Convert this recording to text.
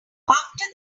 after